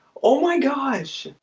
oh my gosh,